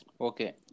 Okay